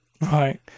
right